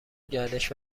گردش